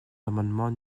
l’amendement